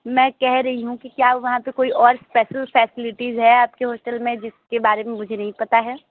मैं कह रही हूँ कि क्या वहाँ पर कोई और स्पेशल फैसलिटीज़ है आप के होटल में जिस के बारे में मुझे नहीं पता है